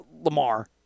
Lamar